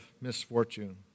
misfortune